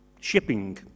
shipping